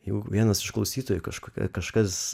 jau vienas iš klausytojų kažkokioj kažkas